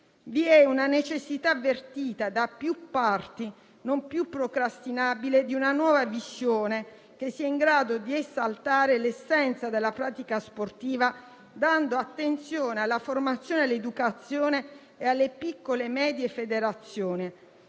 Vi è una necessità avvertita da più parti, non più procrastinabile, di una nuova visione che sia in grado di esaltare l'essenza della pratica sportiva dando attenzione alla formazione, all'educazione e alle piccole e medie federazioni;